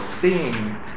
seeing